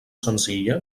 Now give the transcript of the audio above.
senzilla